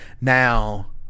Now